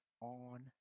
on